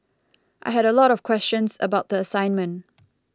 I had a lot of questions about the assignment